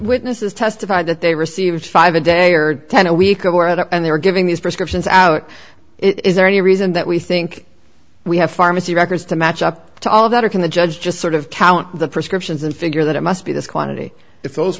witnesses testified that they received five a day or ten a week or more and they were giving these prescriptions out is there any reason that we think we have pharmacy records to match up to all of that or can the judge just sort of count the prescriptions and figure that it must be this quantity if those